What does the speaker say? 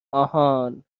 آهان